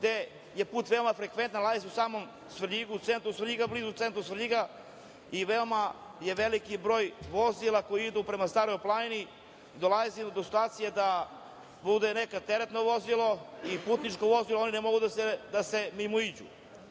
gde je put veoma frekventan. Nalazi se u samom Svrljigu, centru Svrljiga, blizu centra Svrljiga i veoma je veliki broj vozila koja idu prema Staroj planini, dolazi se do situacije da bude neko teretno vozilo i putničko vozili i oni ne mogu da se mimoiđu